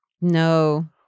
No